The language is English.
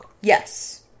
Yes